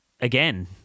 again